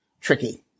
tricky